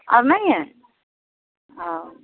और नहीं है ओ